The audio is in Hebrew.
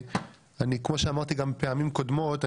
כמו שאמרתי גם בפעמים קודמות,